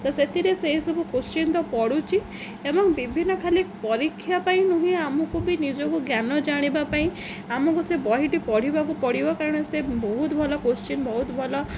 ତ ସେଥିରେ ସେଇସବୁ କୋଶ୍ଚିିନ ତ ପଢ଼ୁଛି ଏବଂ ବିଭିନ୍ନ ଖାଲି ପରୀକ୍ଷା ପାଇଁ ନୁହେଁ ଆମକୁ ବି ନିଜକୁ ଜ୍ଞାନ ଜାଣିବା ପାଇଁ ଆମକୁ ସେ ବହିଟି ପଢ଼ିବାକୁ ପଡ଼ିବ କାରଣ ସେ ବହୁତ ଭଲ କୋଶ୍ଚିିନ ବହୁତ ଭଲ